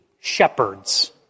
shepherds